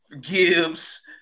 Gibbs